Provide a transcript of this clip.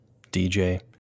DJ